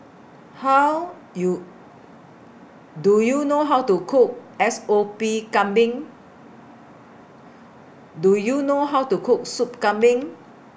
How YOU Do YOU know How to Cook S O P Kambing Do YOU know How to Cook Sop Kambing